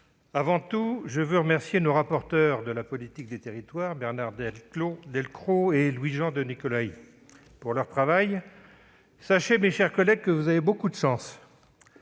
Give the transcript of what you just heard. avant tout, je veux remercier nos rapporteurs de la politique des territoires, Bernard Delcros et Louis-Jean de Nicolaÿ, pour leur travail. Sachez, mes chers collègues, que vous avez beaucoup de chance